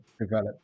develop